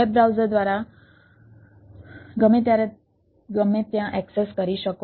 web browser દ્વારા ગમે ત્યારે ગમે ત્યાં એક્સેસ કરી શકો